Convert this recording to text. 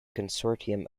consortium